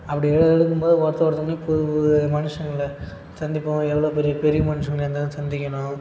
அப்படிலாம் எழுதும்போது ஒருத்த ஒருத்தவர்களையும் புதுப் புது மனுஷங்களை சந்திப்போம் எவ்வளோ பெரிய பெரிய மனுஷங்களாக இருந்தாலும் சந்திக்கணும்